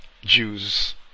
Jews